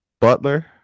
Butler